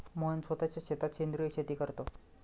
मोहन स्वतःच्या शेतात सेंद्रिय शेती करतो